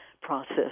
process